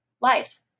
life